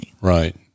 right